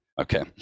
okay